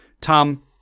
Tom